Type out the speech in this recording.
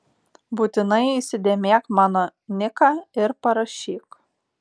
būtinai įsidėmėk mano niką ir parašyk